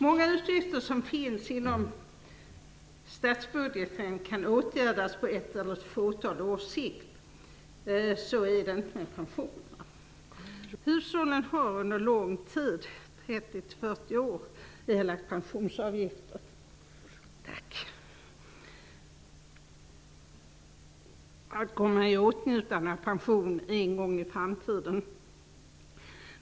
Många utgifter som finns inom statsbudgeten kan åtgärdas på ett eller ett fåtal års sikt. Så är det inte med pensionerna. Hushållen har under lång tid, 30-40 år, erlagt pensionsavgifter för att komma i åtnjutande av pension en gång i framtiden.